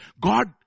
God